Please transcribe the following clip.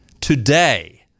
Today